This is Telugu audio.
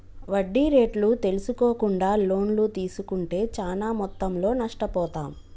వడ్డీ రేట్లు తెల్సుకోకుండా లోన్లు తీస్కుంటే చానా మొత్తంలో నష్టపోతాం